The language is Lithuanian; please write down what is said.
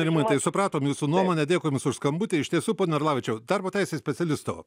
rimantai supratom jūsų nuomonę dėkui jums už skambutį iš tiesų pone orlavičiau darbo teisės specialisto